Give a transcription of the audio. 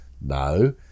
No